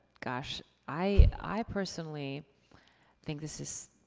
gosh. i personally think this is,